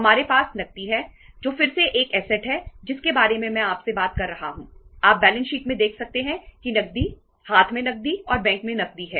हमारे पास नकदी है जो फिर से एक ऐसेट है जिसके बारे में मैं आपसे बात कर रहा हूं आप बैलेंस शीट में देख सकते हैं कि नकदी हाथ में नकदी और बैंक में नकदी है